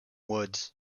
woods